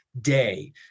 day